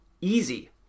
easy